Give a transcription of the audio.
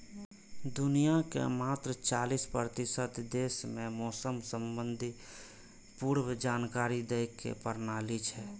दुनिया के मात्र चालीस प्रतिशत देश मे मौसम संबंधी पूर्व जानकारी दै के प्रणाली छै